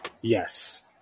yes